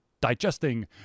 digesting